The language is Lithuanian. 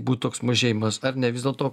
būt toks mažėjimas ar ne vis dėlto